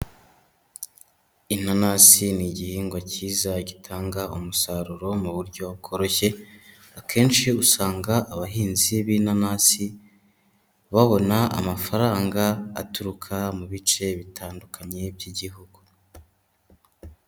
Inanasi ni igihingwa cyiza gitanga umusaruro mu buryo bworoshye, akenshi usanga abahinzi b'inanasi babona amafaranga aturuka mu bice bitandukanye by'igihugu.